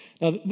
Now